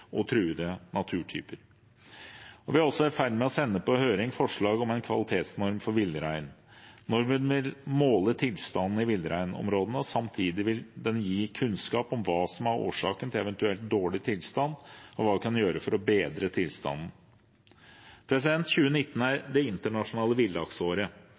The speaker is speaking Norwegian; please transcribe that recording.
og truede naturtyper. Vi er også i ferd med å sende på høring forslag om en kvalitetsnorm for villrein. Normen vil måle tilstanden i villreinområdene. Samtidig vil den gi kunnskap om hva som er årsaken til eventuelt dårlig tilstand, og hva vi kan gjøre for å bedre tilstanden. 2019 er det internasjonale villaksåret.